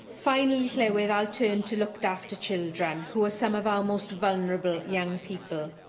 finally, llywydd, i'll turn to looked-after children, who are some of our most vulnerable young people.